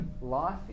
life